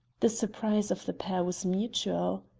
the surprise of the pair was mutual.